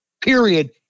Period